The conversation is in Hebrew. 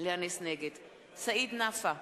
סעיד נפאע,